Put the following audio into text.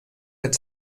mit